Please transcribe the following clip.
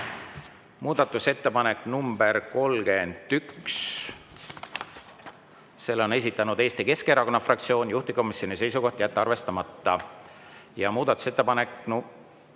toetust. Muudatusettepanek nr 31, selle on esitanud Eesti Keskerakonna fraktsioon, juhtivkomisjoni seisukoht: jätta arvestamata. Ja muudatusettepanek